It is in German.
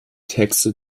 texte